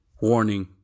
Warning